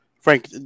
Frank